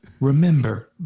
remember